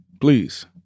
please